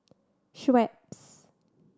schweppes